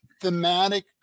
thematic